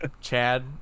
Chad